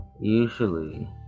usually